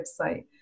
website